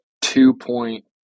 two-point